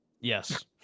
Yes